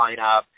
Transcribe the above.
lineup